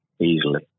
easily